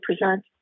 present